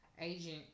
Agent